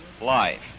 Life